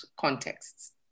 contexts